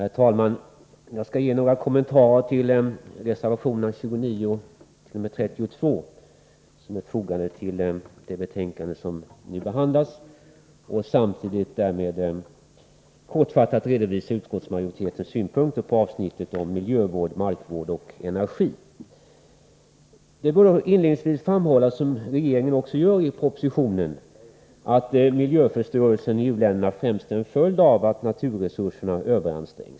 Herr talman! Jag skall ge några kommentarer till reservationerna 29-32 som är fogade till det betänkande som nu behandlas, och samtidigt därmed kortfattat redovisa utskottsmajoritetens synpunkter på avsnittet miljövård, markvård och energi. Det bör inledningsvis framhållas, som regeringen också gör i propositionen, att miljöförstörelsen i u-länderna främst är en följd av att naturresurserna överansträngs.